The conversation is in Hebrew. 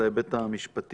להתייחס להיבט המשפטי.